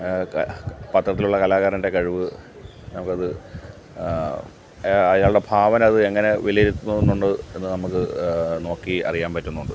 പത്രത്തിലുള്ള കലാകാരൻ്റെ കഴിവ് അത് അയാളുടെ ഭാവന അത് എങ്ങനെ വിലയിരുത്തുന്നു എന്നുള്ളത് അത് നമുക്ക് നോക്കി അറിയാൻ പറ്റുന്നുണ്ട്